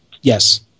Yes